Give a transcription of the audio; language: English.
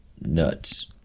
nuts